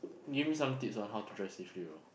give some tips on how to drive safely